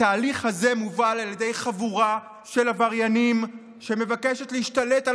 התהליך הזה מובל על ידי חבורה של עבריינים שמבקשת להשתלט על